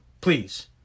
Please